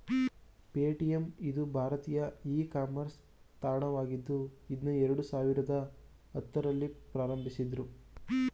Paytm ಇದು ಭಾರತೀಯ e commerce ತಾಣವಾಗಿದ್ದು ಇದ್ನಾ ಎರಡು ಸಾವಿರದ ಹತ್ತುರಲ್ಲಿ ಪ್ರಾರಂಭಿಸಿದ್ದ್ರು